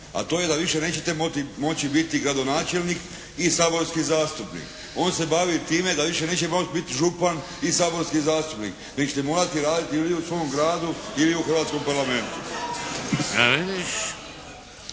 a to je da više nećete moći biti gradonačelnik i saborski zastupnik. On se bavi time da više nećete moći biti župan i saborski zastupnik nego ćete morati raditi ili u svom gradu ili u hrvatskom Parlamentu.